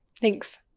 Thanks